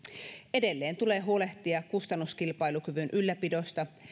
edelleen tulee huolehtia kustannuskilpailukyvyn ylläpidosta